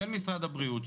של משרד הבריאות,